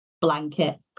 blanket